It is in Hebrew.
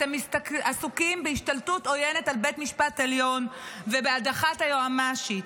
אתם עסוקים בהשתלטות עוינת על בית משפט עליון ובהדחת היועמ"שית.